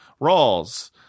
Rawls